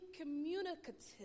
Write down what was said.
communicative